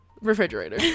refrigerator